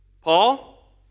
Paul